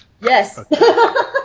Yes